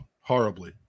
horribly